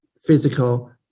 physical